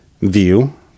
view